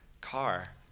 car